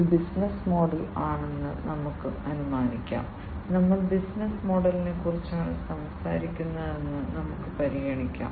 ഇത് business model ആണെന്ന് നമുക്ക് അനുമാനിക്കാം ഞങ്ങൾ ബിസിനസ്സ് മോഡലിനെക്കുറിച്ചാണ് സംസാരിക്കുന്നതെന്ന് നമുക്ക് പരിഗണിക്കാം